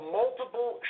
multiple